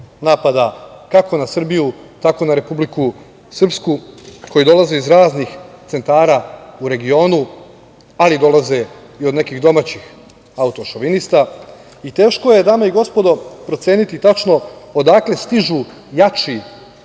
napada, kako na Srbiju tako i na Republiku Srpsku koji dolaze iz raznih centara u regionu, ali dolaze i od nekih domaćih autošovinista. Teško je, dame i gospodo, proceniti tačno odakle stižu jači